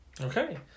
Okay